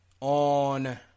on